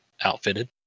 outfitted